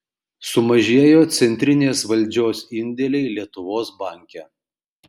sumažėjo centrinės valdžios indėliai lietuvos banke